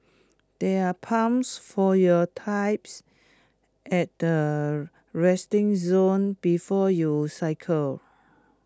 there are pumps for your types at the resting zone before you cycle